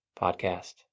Podcast